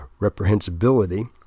reprehensibility